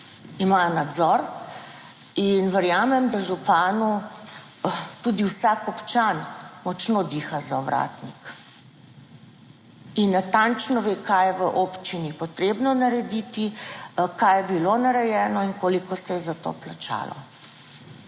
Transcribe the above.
imajo nadzor in verjamem, da županu tudi vsak občan močno diha za ovratnik. In natančno ve kaj je v občini potrebno narediti, kaj je bilo narejeno in koliko se je za to plačalo.